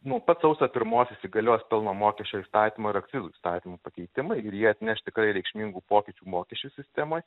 nuo pat sausio pirmos įsigalios pelno mokesčio įstatymo ir akcizų įstatymų pakeitimai ir jie atneš tikrai reikšmingų pokyčių mokesčių sistemoj